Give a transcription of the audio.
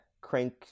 crank